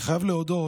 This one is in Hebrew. אני חייב להודות